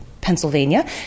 Pennsylvania